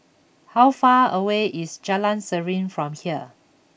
how far away is Jalan Serene from here